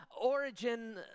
origin